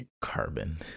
Carbon